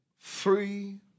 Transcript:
three